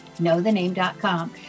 KnowTheName.com